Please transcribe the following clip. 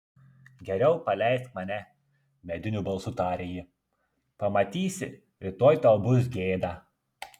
geriau paleisk mane mediniu balsu tarė ji pamatysi rytoj tau bus gėda